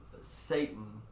Satan